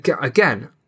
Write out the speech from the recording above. again